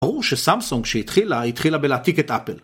ברור שסמסונג שהתחילה, התחילה בלהעתיק את אפל...